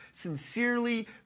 sincerely